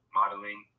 modeling